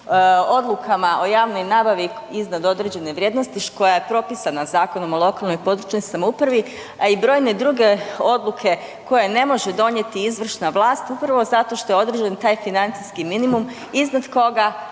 odlukama o javnoj nabavi iznad određene vrijednosti koja je propisana Zakonom o lokalnoj i područnoj samoupravi, a i brojne druge odluke koje ne može donijeti izvršna vlast upravo zato što je određen taj financijski minimum iznad koga,